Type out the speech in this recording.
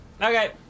Okay